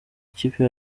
ikipe